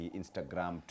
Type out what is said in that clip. Instagram